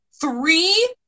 three